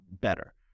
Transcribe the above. better